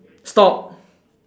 stop